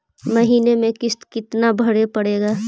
महीने में किस्त कितना भरें पड़ेगा?